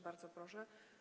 Bardzo proszę.